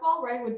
right